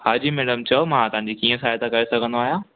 हाजी madam चओ मां तव्हांजी कीअं सहायता करे सघंदो आहियां